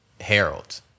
Harold